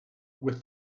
with